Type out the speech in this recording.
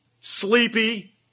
sleepy